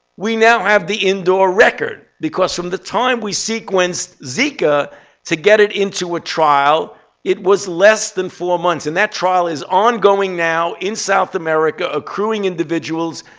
we now have the indoor record. because from the time we sequenced zika to get it into a trial, it was less than four months. and that trial is ongoing now in south america, accruing individuals,